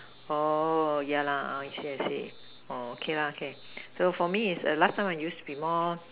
oh yeah lah I see I see oh okay lah okay so for me is last time I used to be more